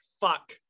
fuck